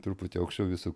truputį aukščiau visų